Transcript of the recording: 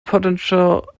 potential